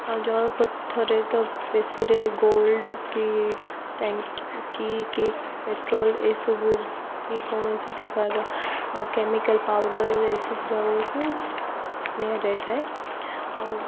ଆଉ ଜଳପଥରେ ତ ବେଶୀରେ ଗୋଲ୍ଡ କି ଟାଙ୍କି କି ପେଟ୍ରୋଲ୍ ଏସବୁ କି କୌଣସି ପ୍ରକାରର କେମିକାଲ୍ ପାଉଡ଼ର୍ ଏସବୁ ଜାଗାକୁ ନିଆଯାଇଥାଏ ଆଉ